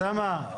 אוסאמה.